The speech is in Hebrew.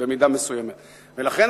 לכן,